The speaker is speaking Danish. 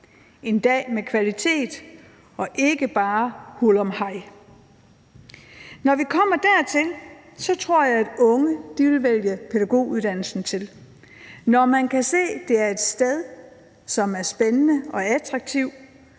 en dag med kvalitet og ikke bare hurlumhej. Når vi kommer dertil, tror jeg, at de unge vil vælge pædagoguddannelsen til; når de kan se, at det er et sted, som er spændende og attraktivt,